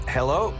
Hello